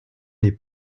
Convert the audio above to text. les